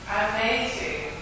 amazing